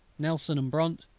nelson and bronte.